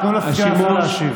תנו לסגן השר להשיב.